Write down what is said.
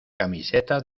camiseta